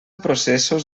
processos